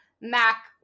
Mac